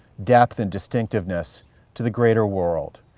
depth, and distinctiveness to the greater world,